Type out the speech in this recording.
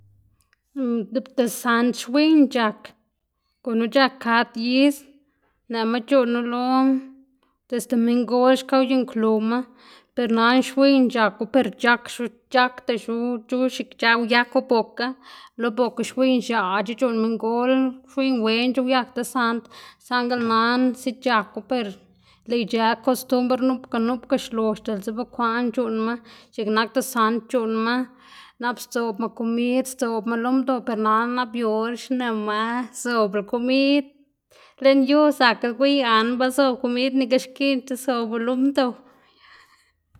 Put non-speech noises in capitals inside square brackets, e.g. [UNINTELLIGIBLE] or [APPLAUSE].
[UNINTELLIGIBLE] desand xwiyná c̲h̲ak, gunu c̲h̲ak kad is nëꞌma c̲h̲uꞌnnu lo desde minngol xka uyuꞌnnkluwma per nana xwiyná c̲h̲aku per [UNINTELLIGIBLE] x̱iꞌk uyaku boka, lo boka xwiyná x̱aꞌc̲h̲e c̲h̲uꞌnn minngol xwiy wenc̲h̲e uyak desand saꞌngl nana si c̲h̲aku per lëꞌ ic̲h̲ë kostumbr nupga nupga xlox diꞌltse bekwaꞌn c̲h̲uꞌnnma x̱iꞌk nak desand c̲h̲uꞌnnma nap sdzoꞌbma komid sdzoꞌbma lo mdo per nana nap yu or xneꞌma zobla komid lën yu zakla gwiy anm ba zob komid nikl xkiꞌndche zobu lo mdo.